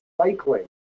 cycling